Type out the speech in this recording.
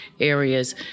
areas